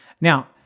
Now